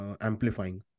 amplifying